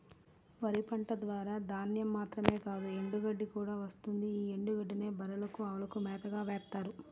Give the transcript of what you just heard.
వరి పంట ద్వారా ధాన్యం మాత్రమే కాదు ఎండుగడ్డి కూడా వస్తుంది యీ ఎండుగడ్డినే బర్రెలకు, అవులకు మేతగా వేత్తారు